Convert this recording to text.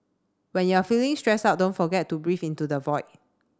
when you are feeling stressed out don't forget to breathe into the void